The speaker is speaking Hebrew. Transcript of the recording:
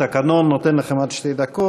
התקנון נותן לכם עד שתי דקות.